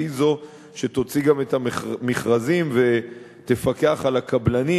והיא זו שגם תוציא את המכרזים ותפקח על הקבלנים,